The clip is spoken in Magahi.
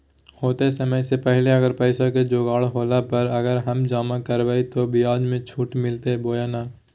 होतय समय से पहले अगर पैसा के जोगाड़ होला पर, अगर हम जमा करबय तो, ब्याज मे छुट मिलते बोया नय?